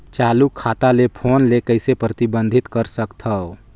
चालू खाता ले फोन ले कइसे प्रतिबंधित कर सकथव?